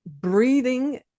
breathing